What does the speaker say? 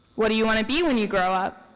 what do you want to be when you grow up?